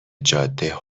جاده